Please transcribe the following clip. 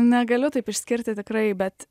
negaliu taip išskirti tikrai bet